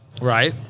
Right